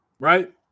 right